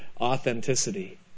authenticity